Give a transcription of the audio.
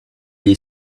est